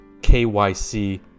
KYC